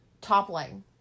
toppling